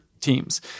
teams